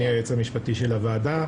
אני היועץ המשפטי של הוועדה.